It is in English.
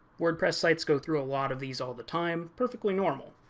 wordpress sites go through a lot of these all the time. perfectly normal.